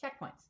Checkpoints